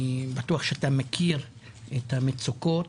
אני בטוח שאתה מכיר את המצוקות,